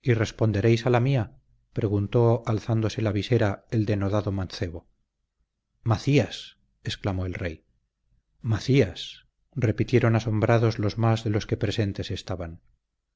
y responderéis a la mía preguntó alzándose la visera el denodado mancebo macías exclamó el rey macías repitieron asombrados los más de los que presentes estaban